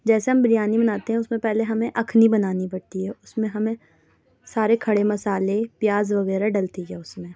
جیسے ہم بریانی بناتے ہیں اس میں پہلے ہمیں اخنی بنانی پڑتی ہے اس میں ہمیں سارے کھڑے مسالے پیاز وغیرہ ڈلتی ہے اس میں